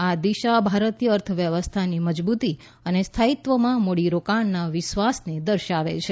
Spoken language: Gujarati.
આ દિશા ભારતીય અર્થવ્યવસ્થાની મજબૂતી અને સ્થાયીત્વમાં મૂડીરોકાણકારોના વિશ્વાસને દર્શાવે છે